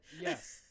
yes